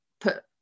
put